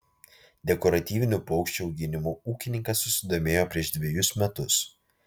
dekoratyvinių paukščių auginimu ūkininkas susidomėjo prieš dvejus metus